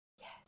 Yes